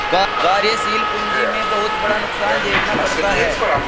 कार्यशील पूंजी में बहुत बड़ा नुकसान झेलना पड़ता है